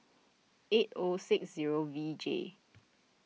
eight O six zero V J